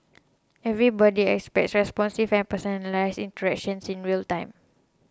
everybody expects responsive and personalised interactions in real time